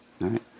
right